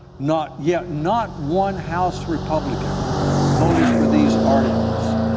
not yet. not one house republican voted for these articles.